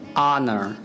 Honor